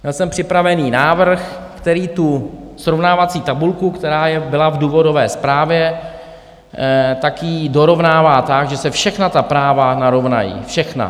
Měl jsem připraven návrh, který tu srovnávací tabulku, která byla v důvodové zprávě, tak ji dorovnává tak, že se všechna ta práva narovnají všechna.